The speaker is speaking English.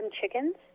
chickens